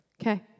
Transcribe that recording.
Okay